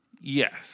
Yes